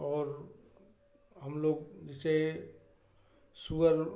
और हम लोग जैसे सुअर